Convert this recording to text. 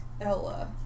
Ella